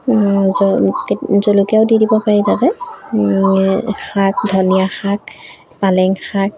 জ জলকীয়াও দি দিব পাৰি তাতে শাক ধনিয়া শাক পালেং শাক